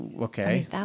Okay